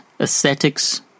aesthetics